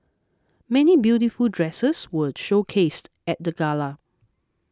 many beautiful dresses were showcased at the gala